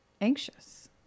anxious